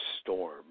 storm